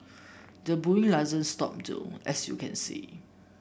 the bullying doesn't stop though as you can see